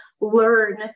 learn